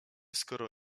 skoro